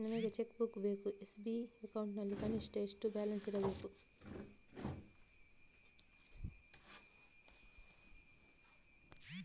ನನಗೆ cheque book ಬೇಕು SB account ನಲ್ಲಿ ಕನಿಷ್ಠ ಎಷ್ಟು ಬ್ಯಾಲೆನ್ಸ್ ಇರಬೇಕು?